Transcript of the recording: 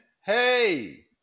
hey